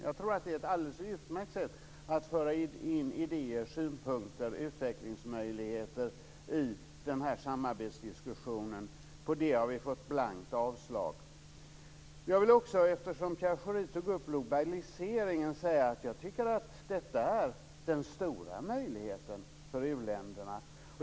Jag tror att det är ett alldeles utmärkt sätt att föra in idéer, synpunkter, utvecklingsmöjligheter i samarbetsdiskussionen. På det har vi fått blankt avslag. Jag vill också, eftersom Pierre Schori tog upp globaliseringen, säga att jag tycker att det är den stora möjligheten för u-länderna.